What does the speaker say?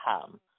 come